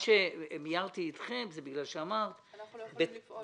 מיהרתי איתכם בגלל שאמרת --- אנחנו לא יכולים לפעול.